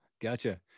Gotcha